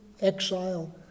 exile